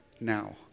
now